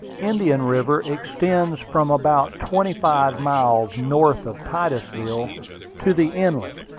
indian river extends from about twenty-five miles north of titusville to the inlet,